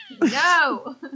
No